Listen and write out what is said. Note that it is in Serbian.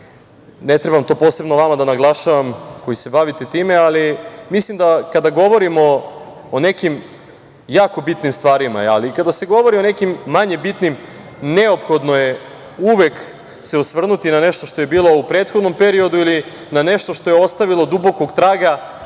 Ne trebam to posebno vama da naglašavam koji se bavite time, ali mislim da kada govorimo o nekim jako bitnim stvarima, ali i kada se govori o nekim manje bitnim, neophodno je uvek se osvrnuti na nešto što je bilo u prethodnom periodu ili na nešto što je ostavilo dubokog traga,